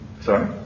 Sorry